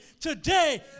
today